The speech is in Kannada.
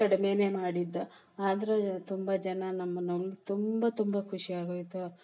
ಕಡ್ಮೆ ಮಾಡಿದ್ದು ಆದ್ರೆ ತುಂಬ ಜನ ನಮ್ಮನ್ನು ಹೊಗ್ಳ್ ತುಂಬ ತುಂಬ ಖುಷಿ ಆಗೋಯಿತು